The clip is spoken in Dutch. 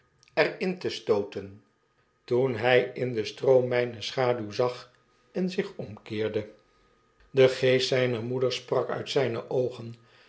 er in te stooten toen hij in den stroom mijne schaduw zag en zich omkeerde de geest zijner moeder sprak ait zyne oogen